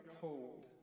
cold